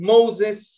Moses